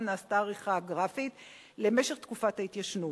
נעשתה העריכה הגרפית למשך תקופת ההתיישנות.